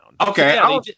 Okay